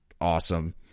awesome